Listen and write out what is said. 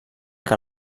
que